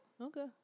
Okay